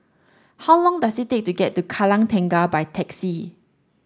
how long does it take to get to Kallang Tengah by taxi